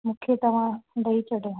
मूंखे तव्हां ॾेई छॾो